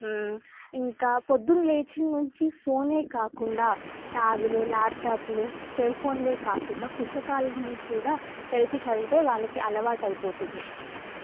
ఇంకా పొద్దున లేచి నుంచి ఫోనే కాకుండా ట్యాబులు ల్యాప్టాప్లు సెల్ ఫోన్లే కాకుండా పుస్తకాలను కూడా తెలిచి చదివితే వాళ్ళకి అలవాటు అయిపోతుంది